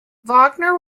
wagner